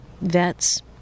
vets